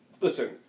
listen